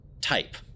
type